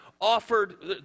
offered